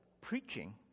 preaching